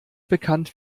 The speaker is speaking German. bekannt